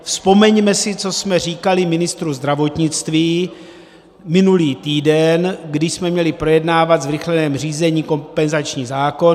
Vzpomeňme si, co jsme říkali ministru zdravotnictví minulý týden, kdy jsme měli projednávat ve zrychleném řízení kompenzační zákon.